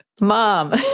mom